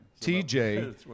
TJ